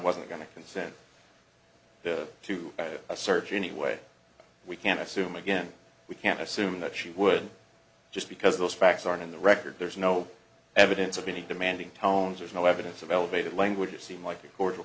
wasn't going to consent the to do a search anyway we can assume again we can't assume that she would just because those facts are in the record there's no evidence of any demanding tones there's no evidence of elevated language seem like a cordial